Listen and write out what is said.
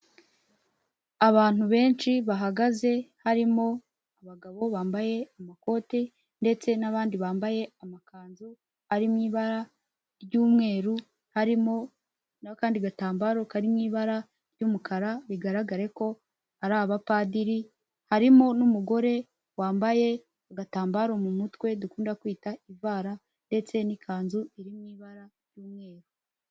Abantu benshi bahagaze harimo abagabo bambaye amakote, ndetse n'abandi bambaye amakanzu ari mu ibara ry'umweru, harimo n'akandi gatambaro karirimo ibara ry'umukara, bigaragare ko ari abapadiri, harimo n'umugore wambaye agatambaro mu mutwe dukunda kwita ivara, ndetse n'ikanzu iri mu ibara ry'umweru.